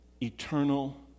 eternal